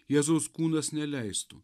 jėzaus kūnas neleistų